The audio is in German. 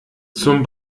zum